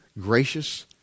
gracious